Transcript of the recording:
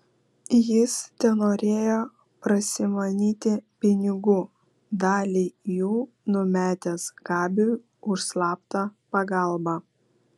jis tenorėjo prasimanyti pinigų dalį jų numetęs gabiui už slaptą pagalbą